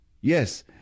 Yes